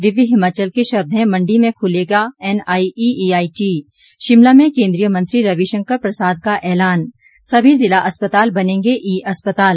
दिव्य हिमाचल के शब्द हैं मंडी में खुलेगा एनआईईआईटी शिमला में केंद्रीय मंत्री रविशंकर प्रसाद का ऐलान सभी जिला अस्पताल बनेंगे ई अस्पताल